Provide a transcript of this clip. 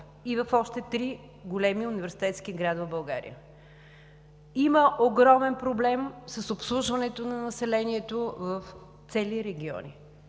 и в още три големи университетски града в България. Има огромен проблем с обслужването на населението в цели региони.